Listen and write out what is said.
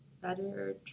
better